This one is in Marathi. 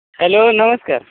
हॅलो नमस्कार